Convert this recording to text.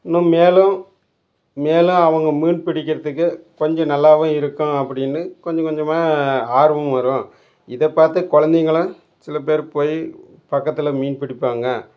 இன்னும் மேலும் மேலும் அவங்க மீன் பிடிக்கிறதுக்கு கொஞ்சம் நல்லாவும் இருக்கும் அப்படின்னு கொஞ்சம் கொஞ்சமாக ஆர்வம் வரும் இதை பார்த்து கொழந்தைங்களும் சில பேர் போய் பக்கத்தில் மீன் பிடிப்பாங்க